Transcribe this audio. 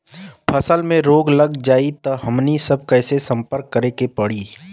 फसल में रोग लग जाई त हमनी सब कैसे संपर्क करें के पड़ी?